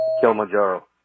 Kilimanjaro